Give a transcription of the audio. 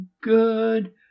good